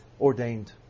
ordained